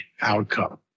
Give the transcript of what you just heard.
outcome